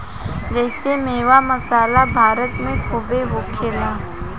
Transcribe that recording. जेइसे मेवा, मसाला भारत मे खूबे होखेला